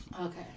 Okay